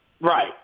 Right